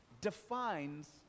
defines